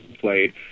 played